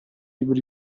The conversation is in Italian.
libri